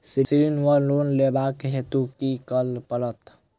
ऋण वा लोन लेबाक हेतु की करऽ पड़त?